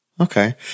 Okay